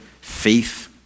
faith